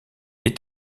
est